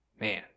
Man